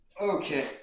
okay